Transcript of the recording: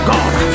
God